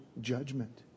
judgment